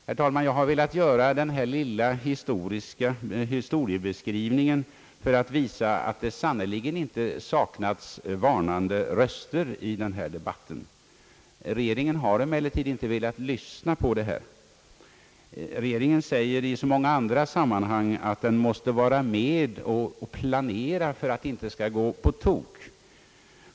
Jag har, herr talman, velat göra denna lilla historieskrivning för att visa att det sannerligen inte har saknats varnande röster i denna debatt. Regeringen har emellertid inte velat lyssna på dem. Regeringen säger i många andra sammanhang, att den måste vara med och planera för att det inte skall gå på tok.